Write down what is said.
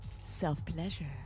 self-pleasure